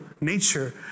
nature